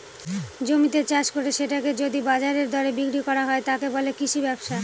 জমিতে চাষ করে সেটাকে যদি বাজারের দরে বিক্রি করা হয়, তাকে বলে কৃষি ব্যবসা